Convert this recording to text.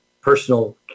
personal